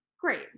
great